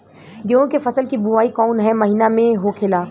गेहूँ के फसल की बुवाई कौन हैं महीना में होखेला?